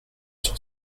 sur